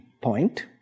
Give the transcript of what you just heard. point